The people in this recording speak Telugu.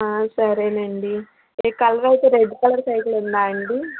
సరేనండీ అది కలర్ అయితే రెడ్ కలర్ సైకిలు ఉందా అండీ